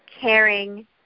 caring